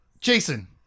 Jason